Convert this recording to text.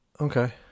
Okay